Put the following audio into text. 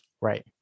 Right